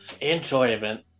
enjoyment